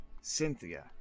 Cynthia